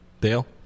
Dale